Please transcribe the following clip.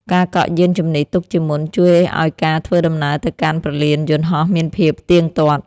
ការកក់យានជំនិះទុកជាមុន ជួយឱ្យការធ្វើដំណើរទៅកាន់ព្រលានយន្តហោះមានភាពទៀងទាត់។